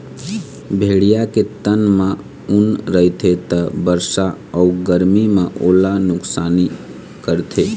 भेड़िया के तन म ऊन रहिथे त बरसा अउ गरमी म ओला नुकसानी करथे